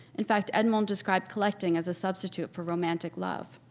in fact, edmond described collecting as a substitute for romantic love.